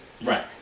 Right